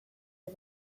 bai